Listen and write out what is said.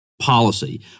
Policy